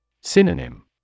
Synonym